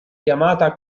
chiamata